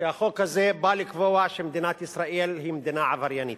שהחוק הזה בא לקבוע שמדינת ישראל היא מדינה עבריינית,